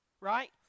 right